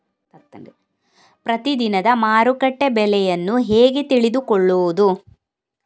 ಪ್ರತಿದಿನದ ಮಾರುಕಟ್ಟೆ ಬೆಲೆಯನ್ನು ಹೇಗೆ ತಿಳಿದುಕೊಳ್ಳುವುದು?